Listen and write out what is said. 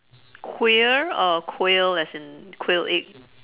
queer or quail as in quail egg